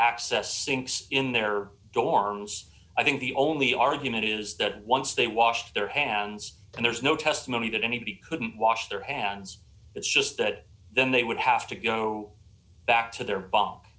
access sinks in their dorms i think the only argument is that once they washed their hands and there's no testimony that anybody couldn't wash their hands it's just that then they would have to go back to their b